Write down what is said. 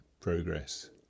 progress